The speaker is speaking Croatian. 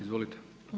Izvolite.